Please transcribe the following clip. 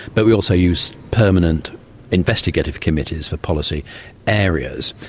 but we also use permanent investigative committees for policy areas,